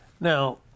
Now